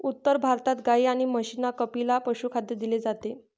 उत्तर भारतात गाई आणि म्हशींना कपिला पशुखाद्य दिले जाते